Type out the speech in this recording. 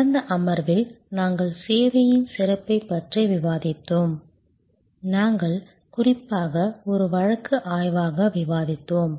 கடந்த அமர்வில் நாங்கள் சேவையின் சிறப்பைப் பற்றி விவாதித்தோம் நாங்கள் குறிப்பாக ஒரு வழக்கு ஆய்வாக விவாதித்தோம்